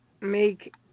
make